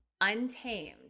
Untamed